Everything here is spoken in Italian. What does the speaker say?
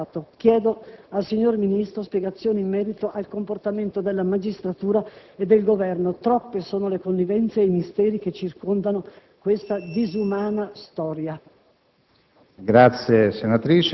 facendo prevalere la ragion di Stato. Chiedo al signor Ministro spiegazioni in merito al comportamento della magistratura e del Governo. Troppe sono le connivenze e i misteri che circondano questa disumana storia.